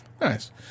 Nice